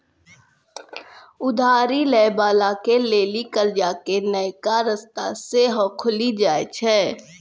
उधारी लै बाला के लेली कर्जा के नयका रस्ता सेहो खुलि जाय छै